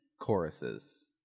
choruses